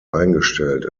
eingestellt